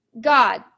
God